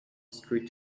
street